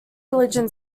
religion